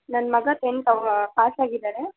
ನನ್ನ ಮಗ tenth pass ಆಗಿದ್ದಾನೆ